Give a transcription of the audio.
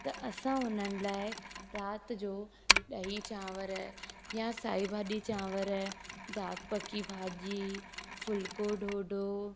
त असां उन्हनि लाइ राति जो ॾही चांवर या साई भाॼी चांवर दाग पकी भाॼी फुल्को डोढो